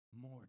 more